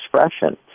expression